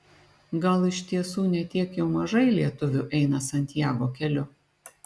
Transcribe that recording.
gal iš tiesų ne tiek jau mažai lietuvių eina santiago keliu